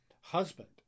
husband